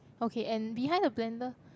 okay and behind the blender